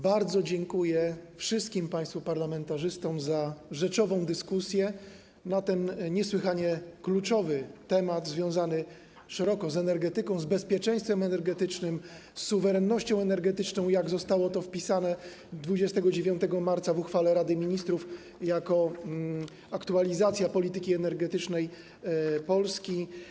Bardzo dziękuję wszystkim państwu parlamentarzystom za rzeczową dyskusję na ten niesłychanie kluczowy temat, związany szeroko z energetyką, z bezpieczeństwem energetycznym, z suwerennością energetyczną, tak jak zostało to wpisane 29 marca w uchwale Rady Ministrów jako aktualizacja ˝polityki energetycznej Polski˝